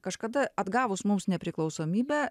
kažkada atgavus mums nepriklausomybę